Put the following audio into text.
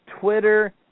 Twitter